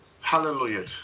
Hallelujah